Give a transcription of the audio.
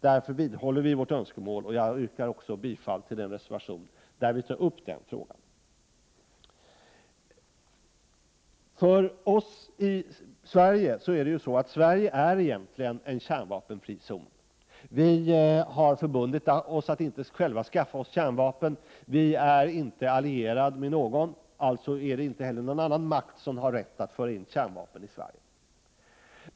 Därför vidhåller vi vårt önskemål. Jag yrkar bifall till reservation 2. Sverige är egentligen redan en kärnvapenfri zon. Vi har i Sverige förbundit oss att inte själva skaffa oss kärnvapen, och vårt land är inte allierat med någon annan stat. Alltså har inte heller någon annan makt rätt att föra in kärnvapen i Sverige.